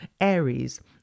Aries